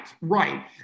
right